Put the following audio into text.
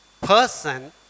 person